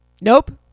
Nope